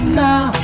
now